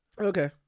Okay